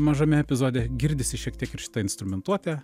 mažame epizode girdisi šiek tiek ir šita instrumentuotė